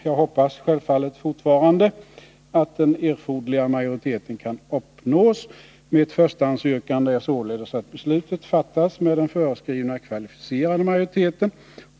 Jag hoppas självfallet fortfarande att den erforderliga majoriteten kan uppnås. Mitt förstahandsyrkande är således att beslutet fattas med den föreskrivna kvalificerade majoriteten.